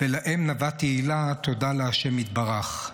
תודה לשם יתברך.